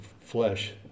flesh